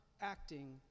acting